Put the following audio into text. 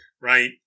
right